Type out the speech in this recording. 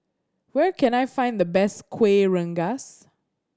where can I find the best Kuih Rengas